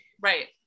Right